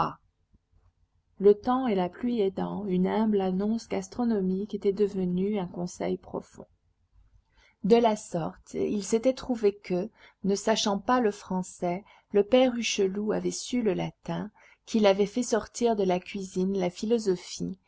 le temps et la pluie aidant une humble annonce gastronomique était devenue un conseil profond de la sorte il s'était trouvé que ne sachant pas le français le père hucheloup avait su le latin qu'il avait fait sortir de la cuisine la philosophie